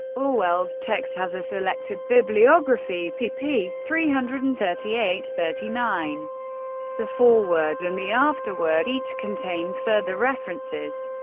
orwell's text has a selected bibliography, pp. three hundred and thirty eight thirty nine the foreword and the afterword each contain further references.